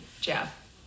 Jeff